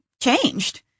changed